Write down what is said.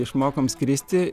išmokom skristi